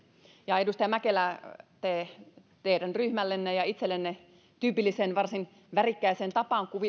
ja edustaja mäkelä teidän ryhmällenne ja itsellenne tyypilliseen varsin värikkääseen tapaan